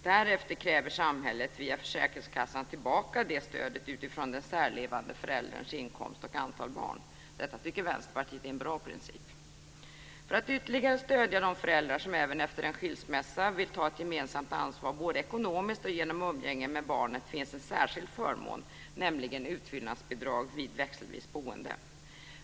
Därefter kräver samhället via försäkringskassan tillbaka det stödet utifrån den särlevande förälderns inkomst och antal barn. Detta tycker Vänsterpartiet är en bra princip. För att ytterligare stödja de föräldrar som även efter en skilsmässa vill ta ett gemensamt ansvar både ekonomiskt och genom umgänge med barnet finns en särskild förmån, nämligen utfyllnadsbidrag vid växelvis boende.